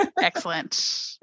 Excellent